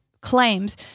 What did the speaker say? claims